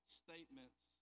statements